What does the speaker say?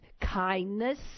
kindness